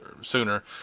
sooner